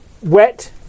wet